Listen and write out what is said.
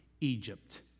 Egypt